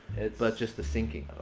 it's. but just the syncing.